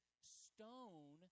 stone